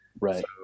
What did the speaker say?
Right